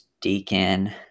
Deacon